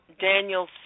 Daniel